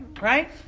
right